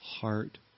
heart